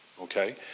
Okay